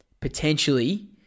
Potentially